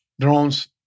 drones